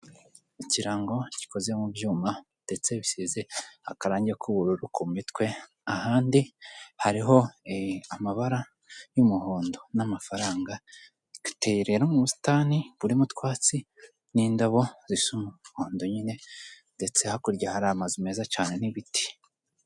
Ikirango gikoze mu byuma, ndetse bisize akarangi k'ubururu ku mitwe, ahandi hariho amabara y'umuhondo, n'amafaranga, giteye rero mu busitani, burimo utwatsi n'indabo zisa umukondo nyine ndetse hakurya hari amazu meza cyane n'ibiti.